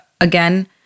again